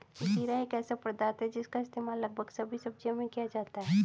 जीरा एक ऐसा पदार्थ है जिसका इस्तेमाल लगभग सभी सब्जियों में किया जाता है